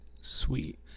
sweet